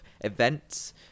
events